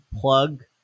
plug